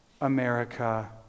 America